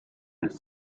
with